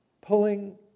pulling